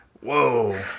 Whoa